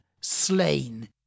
slain